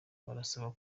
barasabwa